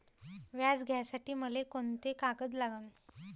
व्याज घ्यासाठी मले कोंते कागद लागन?